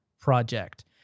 Project